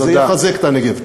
זה יחזק את הנגב.